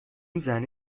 زنه